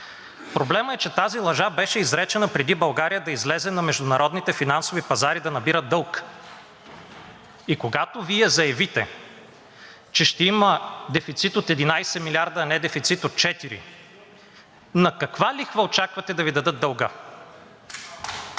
Проблемът е, че тази лъжа беше изречена, преди България да излезе на международните финансови пазари да набира дълг, и когато Вие заявите, че ще има дефицит от 11 милиарда, а не дефицит от 4, на каква лихва очаквате да Ви дадат дълга?